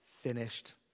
finished